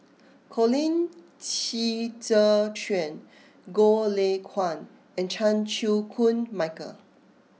Colin Qi Zhe Quan Goh Lay Kuan and Chan Chew Koon Michael